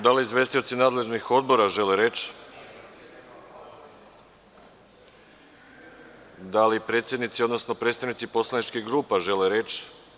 Da li izvestioci nadležnih Odbora žele reč? (Ne.) Da li predsednici, odnosno predstavnici poslaničkih grupa žele reč?